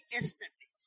instantly